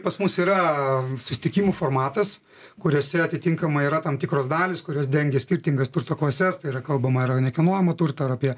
pas mus yra susitikimų formatas kuriuose atitinkamai yra tam tikros dalys kurios dengia skirtingas turto klases tai yra kalbama ir nekilnojamą turtą ir apie